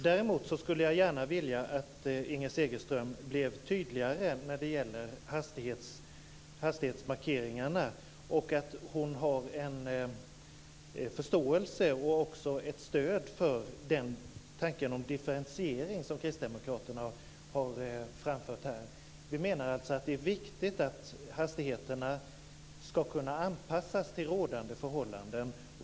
Jag skulle däremot gärna vilja att Inger Segelström blev tydligare när det gäller hastighetsmarkeringarna och att Inger Segelström har förståelse för och stöder tanken på differentiering som Kristdemokraterna har framfört. Vi menar alltså att det är viktigt att hastigheterna kan anpassas till rådande förhållanden.